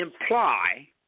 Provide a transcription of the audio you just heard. imply